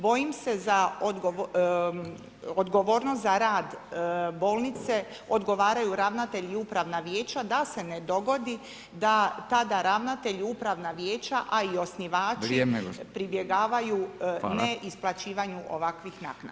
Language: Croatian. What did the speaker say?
Bojim se za odgovornost za rad bolnice odgovaraju ravnatelj i Upravna vijeća da se ne dogodi da tada ravnatelj i Upravna vijeća, a i osnivači pribjegavaju neisplaćivanju ovakvih naknada.